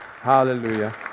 Hallelujah